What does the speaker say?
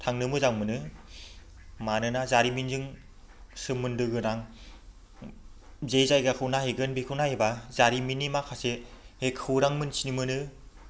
थांनो मोजां मोनो मानोना जारिमिनजों सोमोन्दोगोनां जे जायगाखौ नायहैगोन बेखौ नायहैब्ला जारिमिननि माखासे खौरां मोन्थिनो मोनो